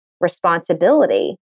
responsibility